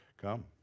Come